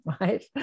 right